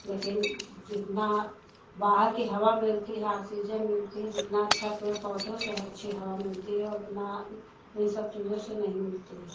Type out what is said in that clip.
लेकिन जितनी बाहर की हवा मिलती है ऑक्सीजन मिलता है जितनी अच्छी पेड़ पौधे से अच्छी हवा मिलती है उतनी इन सब चीज़ों से नहीं मिलती है